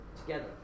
together